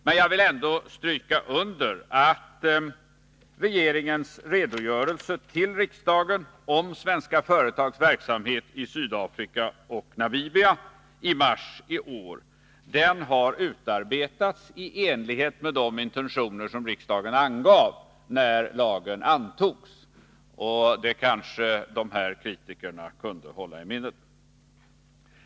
Men jag vill ändå stryka under att regeringens redogörelse till riksdagen om svenska företags verksamhet i Sydafrika och Namibia i mars i år har utarbetats i enlighet med de intentioner som riksdagen angav, när lagen antogs. Det kanske kritikerna kunde hålla i minnet.